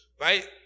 Right